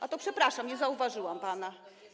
A to przepraszam, nie zauważyłam pana.